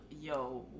yo